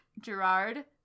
Gerard